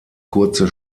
kurze